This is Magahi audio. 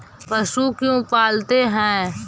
पशु क्यों पालते हैं?